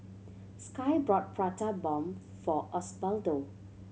Sky bought Prata Bomb for Osbaldo